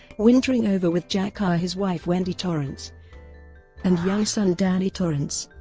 wintering over with jack are his wife wendy torrance and young son danny torrance.